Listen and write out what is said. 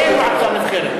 אין מועצה נבחרת.